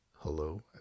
Hello